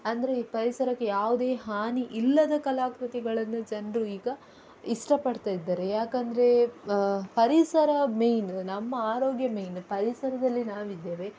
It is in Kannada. ಅಂದರೆ ಈ ಪರಿಸರಕ್ಕೆ ಯಾವುದೇ ಹಾನಿ ಇಲ್ಲದ ಕಲಾಕೃತಿಗಳನ್ನು ಜನರು ಈಗ ಇಷ್ಟಪಡ್ತಾ ಇದ್ದಾರೆ ಯಾಕೆಂದರೆ ಪರಿಸರ ಮೇಯ್ನ ನಮ್ಮ ಆರೋಗ್ಯ ಮೇಯ್ನ ಪರಿಸರದಲ್ಲಿ ನಾವಿದ್ದೇವೆ